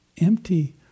empty